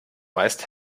meist